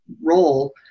role